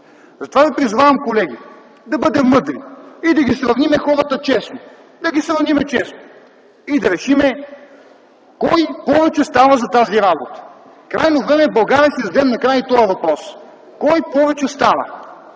Затова Ви призовавам, колеги, да бъдем мъдри и да сравним хората честно. Да ги сравним честно и да решим кой повече става за тази работа. Крайно време е в България да си зададем накрая и тоя въпрос: кой повече става?